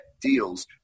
deals